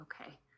okay